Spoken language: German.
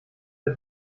der